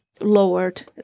lowered